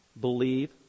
believe